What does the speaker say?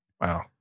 Wow